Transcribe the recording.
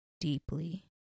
deeply